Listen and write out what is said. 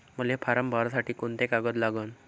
मले फारम भरासाठी कोंते कागद लागन?